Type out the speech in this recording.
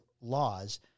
laws